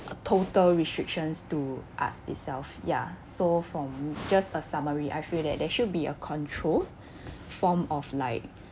total restrictions to art itself ya so from just a summary I feel that there should be a control form of like